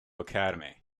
academy